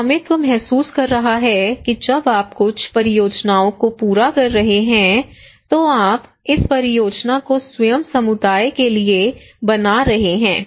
स्वामित्व महसूस कर रहा है कि जब आप कुछ परियोजनाओं को पूरा कर रहे हैं तो आप इस परियोजना को स्वयं समुदाय के लिए बना रहे हैं